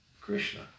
Krishna